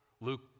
Luke